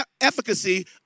efficacy